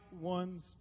one's